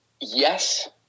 yes